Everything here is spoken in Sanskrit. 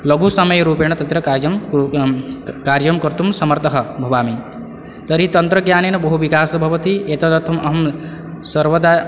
लघुसमयरूपेण तत्र कार्यं कु कार्यं कर्तुं समर्थः भवामि तर्हि तन्त्रज्ञानेन बहु विकासः भवति एतदर्थं अहं सर्वदा